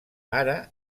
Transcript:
ara